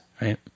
right